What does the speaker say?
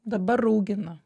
dabar raugina